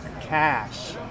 cash